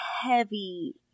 heavy